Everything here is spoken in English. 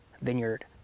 vineyard